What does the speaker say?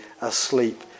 asleep